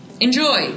Enjoy